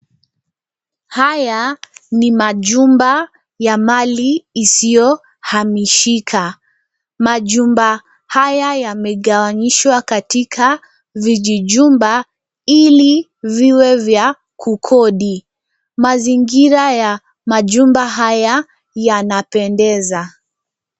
Haya ni majumba ya mali isiyohamishika. Majumba haya yamegawanyishwa katika vijijumba, ili viwe vya kukodi. Mazingira ya majumba haya yanapendeza.